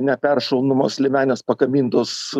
neperšaunamos liemenės pakabintos